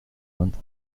month